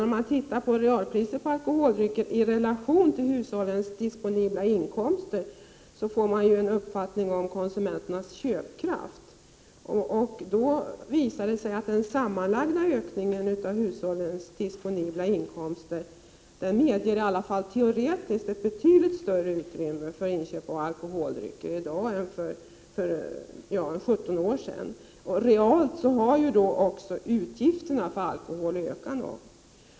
Om man tittar på realpriset på alkoholdrycker i relation till hushållens disponibla inkomster, får man en uppfattning om konsumenternas köpkraft. Då visar det sig att den sammanlagda ökningen av hushållens disponibla inkomster medger åtminstone teoretiskt ett betydligt större utrymme för inköp av alkoholdrycker i dag än för ca 17 år sedan. Realt har också utgifterna för alkohol ökat något.